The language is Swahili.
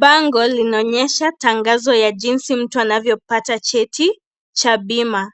Bango linaonyesha tangazo ya jinsi mtu anavyopata cheti cha bima.